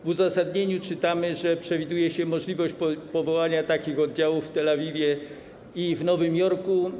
W uzasadnieniu czytamy, że przewiduje się możliwość powołania takich oddziałów w Tel Awiwie i w Nowym Jorku.